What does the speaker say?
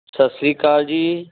ਸਤਿ ਸ਼੍ਰੀ ਅਕਾਲ ਜੀ